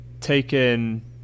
taken